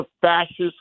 fascist